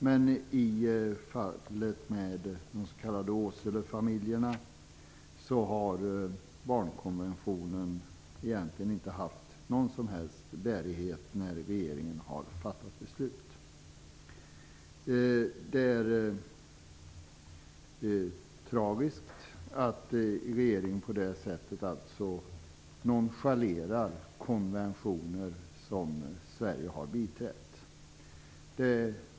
Men i fallet med de s.k. Åselefamiljerna har barnkonventionen egentligen inte haft någon som helst bärighet när regeringen har fattat beslut. Det är tragiskt att regeringen på det här sättet nonchalerar konventioner som Sverige har biträtt.